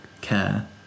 care